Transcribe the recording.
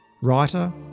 writer